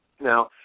Now